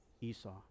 Esau